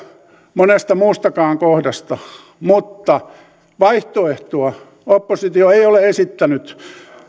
monesta muustakaan kohdasta mutta vaihtoehtoa oppositio ei ole esittänyt